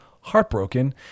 heartbroken